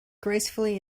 gracefully